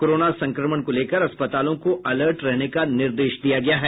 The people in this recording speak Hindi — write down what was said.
कोरोना संक्रमण को लेकर अस्पतालों को अलर्ट रहने का निर्देश दिया गया है